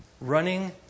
Running